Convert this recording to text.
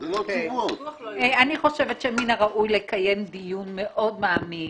אני חושבת שמן הראוי לקיים דיון מאוד מעמיק